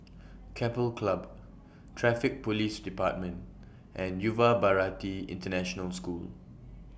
Keppel Club Traffic Police department and Yuva Bharati International School